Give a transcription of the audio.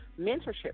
mentorship